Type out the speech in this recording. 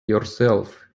yourself